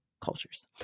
cultures